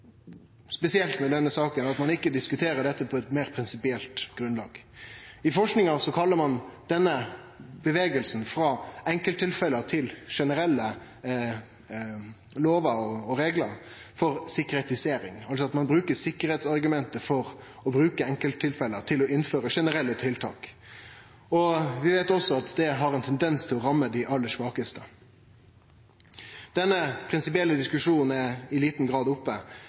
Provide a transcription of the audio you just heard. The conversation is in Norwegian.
spesielt ved denne saka, at ein ikkje diskuterer dette på eit meir prinsipielt grunnlag. I forskinga kaller ein denne bevegelsen frå enkelttilfelle til generelle lover og reglar for «sikkerhetisering», altså at ein bruker sikkerheitsargumentet for å bruke enkelttilfelle til å innføre generelle tiltak. Vi veit også at det har ein tendens til å ramme dei aller svakaste. Denne prinsipielle diskusjonen er i liten grad oppe.